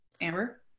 Amber